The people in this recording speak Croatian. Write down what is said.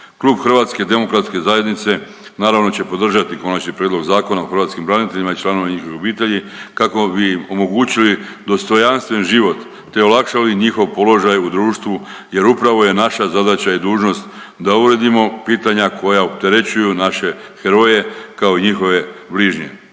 Klub zastupnika HDZ-a naravno će podržati Konačni prijedlog Zakona o hrvatskim braniteljima iz Domovinskog rata i članovima njihovih obitelji kako bi im omogućili dostojanstven život te olakšali njihov položaj u društvu jer upravo je naša zadaća i dužnost da uredimo pitanja koja opterećuju naše heroje, kao i njihove bližnje.